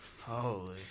Holy